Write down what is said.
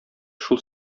шул